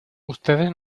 ustedes